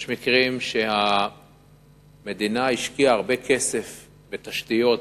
יש מקרים שהמדינה השקיעה הרבה כסף בתשתיות,